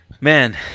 Man